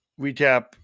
recap